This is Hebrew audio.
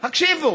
הקשיבו